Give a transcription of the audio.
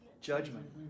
Judgment